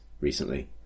recently